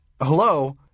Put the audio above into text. hello